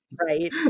right